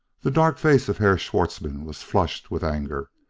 the dark face of herr schwartzmann was flushed with anger.